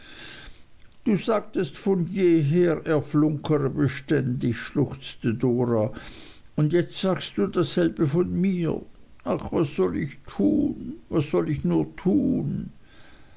du sagtest von jeher er flunkere beständig schluchzte dora und jetzt sagst du dasselbe von mir ach was soll ich tun was soll ich nur tun